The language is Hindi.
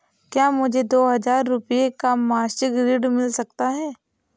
क्या मुझे दो हजार रूपए का मासिक ऋण मिल सकता है?